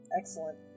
Excellent